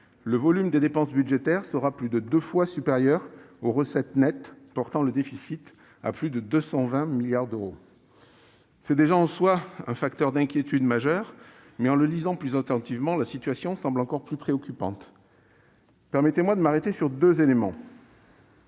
le volume des dépenses budgétaires sera plus de deux fois supérieur à celui des recettes nettes, portant le déficit à plus de 220 milliards d'euros. C'est déjà en soi un facteur d'inquiétude majeur, mais après une lecture plus attentive de ce PLFR, la situation semble encore plus préoccupante. Permettez-moi de m'arrêter sur deux points.